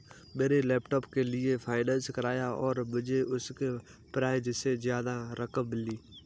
मैंने लैपटॉप के लिए फाइनेंस कराया और मुझे उसके प्राइज से ज्यादा रकम मिली